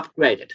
upgraded